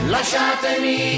Lasciatemi